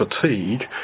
fatigue